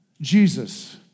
Jesus